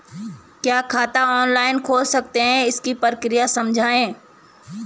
क्या खाता ऑनलाइन खोल सकते हैं इसकी प्रक्रिया समझाइए?